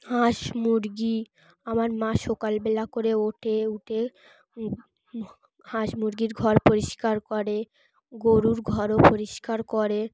হাঁস মুরগি আমার মা সকালবেলা করে ওঠে উঠে হাঁস মুরগির ঘর পরিষ্কার করে গরুর ঘরও পরিষ্কার করে